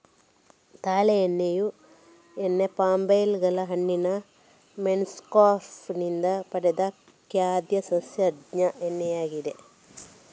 ತಾಳೆ ಎಣ್ಣೆಯು ಎಣ್ಣೆ ಪಾಮ್ ಗಳ ಹಣ್ಣಿನ ಮೆಸೊಕಾರ್ಪ್ ಇಂದ ಪಡೆದ ಖಾದ್ಯ ಸಸ್ಯಜನ್ಯ ಎಣ್ಣೆಯಾಗಿದೆ